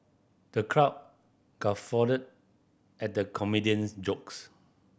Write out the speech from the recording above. the crowd guffawed at the comedian's jokes